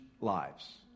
lives